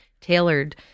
tailored